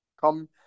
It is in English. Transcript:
come